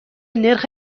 نرخ